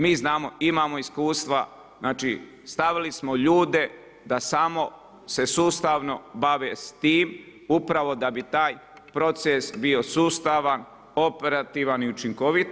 Mi znamo, imamo iskustva, znači stavili smo ljude da samo se sustavno bave s tim upravo da bi taj proces bio sustav, operativan i učinkovit.